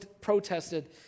protested